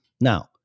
Now